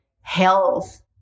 health